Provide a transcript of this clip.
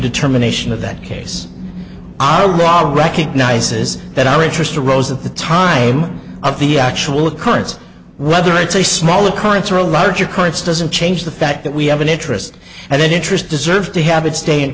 determination of that case ol rog recognizes that our interest or rose at the time of the actual occurrence whether it's a small occurrence or a larger currents doesn't change the fact that we have an interest and that interest deserves to have its day in